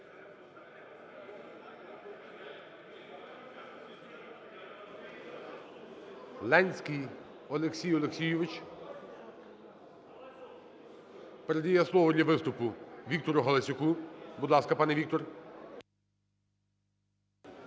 Ленській Олексій Олексійович передає слово для виступу Віктору Галасюку. Будь ласка, пане Вікторе.